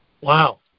Wow